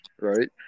right